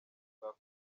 bwa